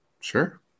Sure